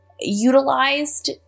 utilized